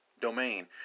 domain